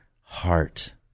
heart